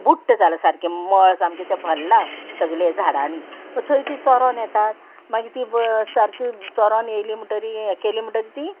बुट्ट जालां सामकें मळ सामकें तें भरलां सगलें झाडांनी थंय ती चोरोन येतात मागीर ती सारकी चोरोन येयली म्हणटरी हें केली म्हणटरी ती